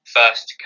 first